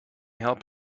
help